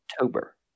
October